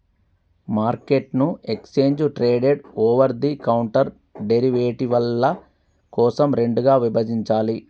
మార్కెట్ను exchange traded, over the counter డెరివేటివ్ల కోసం రెండుగా విభజించాలే